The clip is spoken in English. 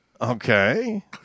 Okay